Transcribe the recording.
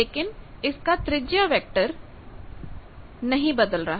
लेकिन इसका त्रिज्या वेक्टर नहीं बदल रहा